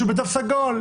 שהוא בתו סגול,